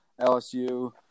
LSU